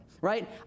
right